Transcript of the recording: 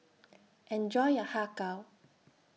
Enjoy your Har Kow